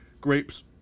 grapes